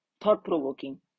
Thought-provoking